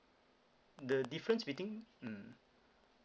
the difference between mm